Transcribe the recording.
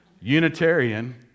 Unitarian